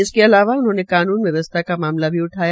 इसके अलावा उन्होंने कानून व्यवसथा का मामला भी उठाया